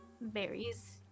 berries